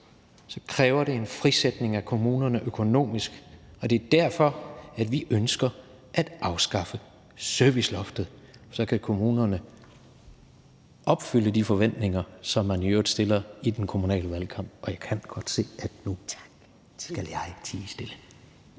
så kræver en frisætning af kommunerne økonomisk, og det er derfor, at vi ønsker at afskaffe serviceloftet. Så kan kommunerne opfylde de forventninger, som man i øvrigt opstiller i den kommunale valgkamp. Og jeg kan godt se, at jeg nu skal tie stille.